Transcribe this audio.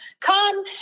come